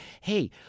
hey